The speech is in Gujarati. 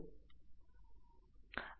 i3 લખી શકો છો